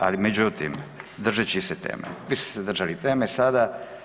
Ali međutim, držeći se teme, vi ste se držali teme sada.